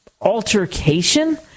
altercation